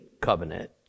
covenant